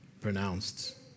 pronounced